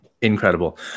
Incredible